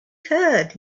curd